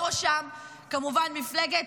בראשה, כמובן, מפלגת